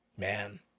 Man